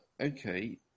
okay